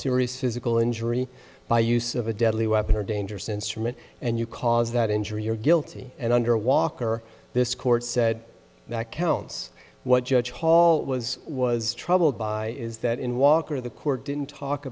serious physical injury by use of a deadly weapon or dangerous instrument and you cause that injury you're guilty and under walker this court said that counts what judge paul was was troubled by is that in walker the court didn't talk